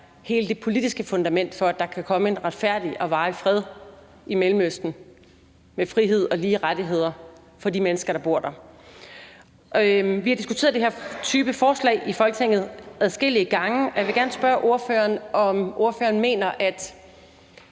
hele det politiske fundament for, at der kan komme en retfærdig og varig fred i Mellemøsten med frihed og lige rettigheder for de mennesker, der bor der. Vi har diskuteret den her type forslag i Folketinget adskillige gange, og jeg vil gerne spørge ordføreren, om ordføreren mener, at